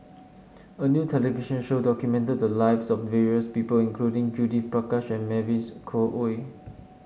a new television show documented the lives of various people including Judith Prakash and Mavis Khoo Oei